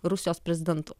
rusijos prezidentu